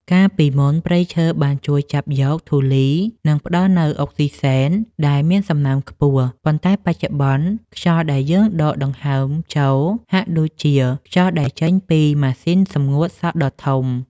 កាលពីមុន ព្រៃឈើបានជួយចាប់យកធូលី និងផ្ដល់នូវអុកស៊ីសែនដែលមានសំណើមខ្ពស់ ប៉ុន្តែបច្ចុប្បន្ន ខ្យល់ដែលយើងដកដង្ហើមចូលហាក់ដូចជាខ្យល់ដែលចេញពីម៉ាស៊ីនសម្ងួតសក់ដ៏ធំ។